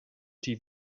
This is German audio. die